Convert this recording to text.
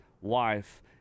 wife